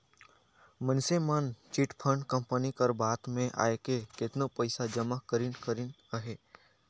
मइनसे मन chit fund company कर बात में आएके केतनो पइसा जमा करिन करिन अहें